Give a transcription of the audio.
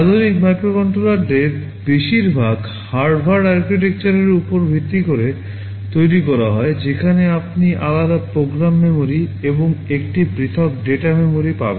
আধুনিক মাইক্রোকন্ট্রোলারদের উপর ভিত্তি করে তৈরি করা হয় যেখানে আপনি আলাদা প্রোগ্রাম মেমোরি এবং একটি পৃথক ডেটা মেমরি পাবেন